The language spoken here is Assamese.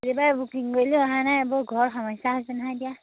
কেতিয়াবাই বুকিং কৰিলোঁ অহাই নাই এইবোৰ ঘৰত সমস্যা হৈছে নহয় এতিয়া